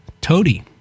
toady